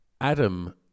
Adam